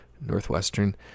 Northwestern